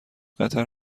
قطر